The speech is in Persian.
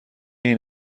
این